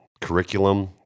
curriculum